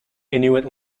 inuit